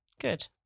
Good